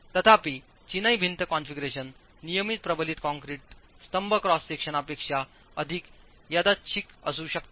तथापि चिनाई भिंत कॉन्फिगरेशन नियमित प्रबलित कंक्रीट स्तंभ क्रॉस सेक्शनपेक्षा अधिक यादृच्छिक असू शकतात